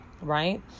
right